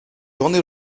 journée